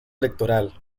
electoral